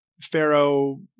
Pharaoh